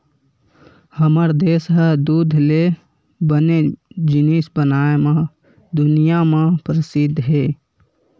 हमर देस ह दूद ले बने जिनिस बनाए म दुनिया म परसिद्ध हे